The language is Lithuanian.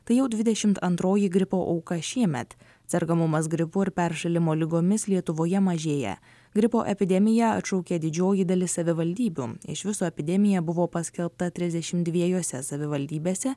tai jau dvidešimt antroji gripo auka šiemet sergamumas gripu ir peršalimo ligomis lietuvoje mažėja gripo epidemiją atšaukė didžioji dalis savivaldybių iš viso epidemija buvo paskelbta trisdešimt dviejuose savivaldybėse